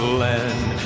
land